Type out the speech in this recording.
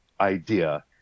idea